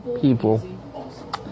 people